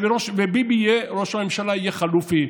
וביבי יהיה ראש הממשלה החלופי.